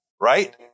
right